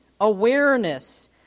awareness